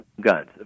guns